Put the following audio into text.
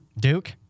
Duke